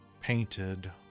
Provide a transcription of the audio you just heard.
painted